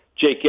Jake